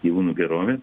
gyvūnų gerovė